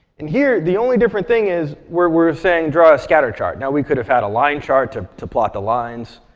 and here, the only different thing is, where we're saying, draw a scatter chart. now we could have had a line chart to to plot the lines,